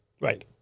Right